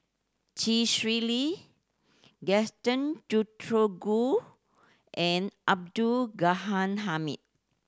Chee Swee Lee Gaston Dutronquoy and Abdul Ghani Hamid